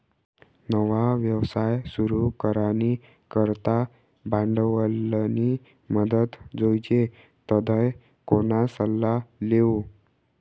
नवा व्यवसाय सुरू करानी करता भांडवलनी मदत जोइजे तधय कोणा सल्ला लेवो